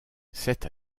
cette